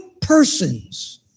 persons